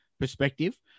perspective